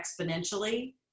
exponentially